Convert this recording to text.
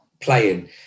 playing